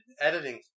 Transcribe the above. Editing